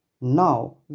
now